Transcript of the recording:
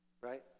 right